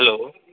hello